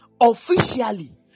officially